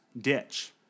ditch